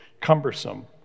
cumbersome